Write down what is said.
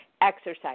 exercise